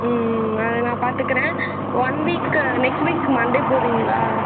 ம் ம் அதை நான் பார்த்துக்குறேன் one week next week Monday போகறீங்களா